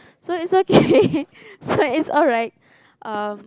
so it's okay so it's alright um